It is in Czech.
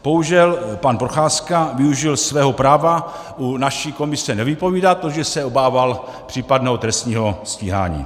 Bohužel pan Procházka využil svého práva u naší komise nevypovídat, protože se obával případného trestního stíhání.